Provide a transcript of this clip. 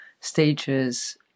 stages